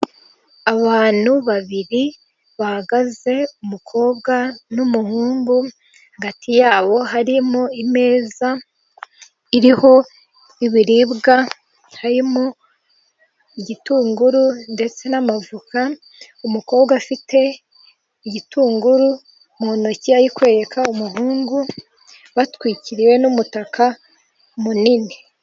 Abantu babiri bahagaze umukobwa n'umuhungu hagati yabo harimo imeza iriho ibiribwa harimo igitunguru ndetse n'amavoka. Umukobwa afite igitunguru mu ntoki ari kwereka umuhungu batwikiriwe n'umutaka munini.